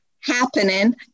happening